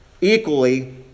equally